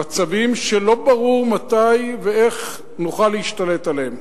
במצבים שלא ברור מתי ואיך נוכל להשתלט עליהם.